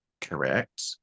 Correct